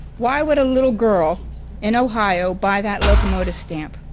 why would a little girl in ohio buy that locomotive stamp?